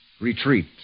Retreat